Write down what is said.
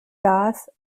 gas